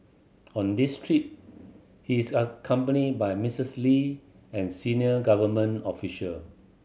on this trip he is accompanied by Miss Lee and senior government official